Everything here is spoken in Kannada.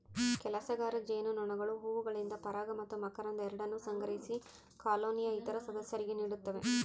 ಕೆಲಸಗಾರ ಜೇನುನೊಣಗಳು ಹೂವುಗಳಿಂದ ಪರಾಗ ಮತ್ತು ಮಕರಂದ ಎರಡನ್ನೂ ಸಂಗ್ರಹಿಸಿ ಕಾಲೋನಿಯ ಇತರ ಸದಸ್ಯರಿಗೆ ನೀಡುತ್ತವೆ